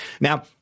Now